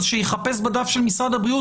אז שיחפש בדף של משרד הבריאות,